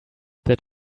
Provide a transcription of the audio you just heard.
that